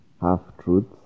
half-truths